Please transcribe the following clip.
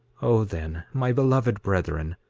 o then, my beloved brethren,